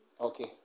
Okay